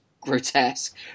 grotesque